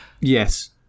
Yes